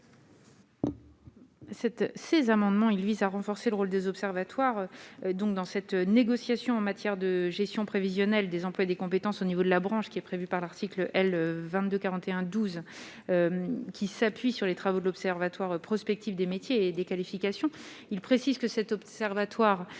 ces amendements, il vise à renforcer le rôle des observatoires donc dans cette négociation, en matière de gestion prévisionnelle des emplois et des compétences au niveau de la branche qui est prévu par l'article L 22 41 12 qui s'appuie sur les travaux de l'observatoire prospectif des métiers et des qualifications, il précise que cet observatoire, il porte une attention